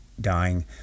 dying